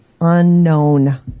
unknown